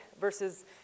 versus